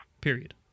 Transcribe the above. period